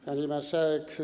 Pani Marszałek!